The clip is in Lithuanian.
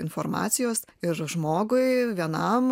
informacijos ir žmogui vienam